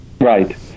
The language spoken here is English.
Right